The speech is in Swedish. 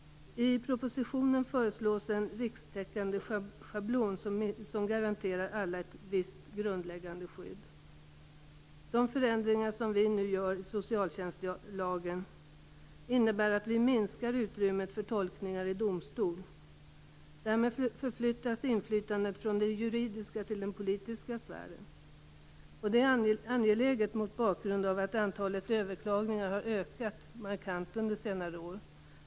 I propositionen föreslås en rikstäckande schablon som garanterar alla ett visst grundläggande skydd. De förändringar som vi nu gör i socialtjänstlagen innebär att vi minskar utrymmet för tolkningar i domstol. Därmed förflyttas inflytandet från den juridiska till den politiska sfären, och det är angeläget mot bakgrund av att antalet överklaganden har ökat markant under senare år.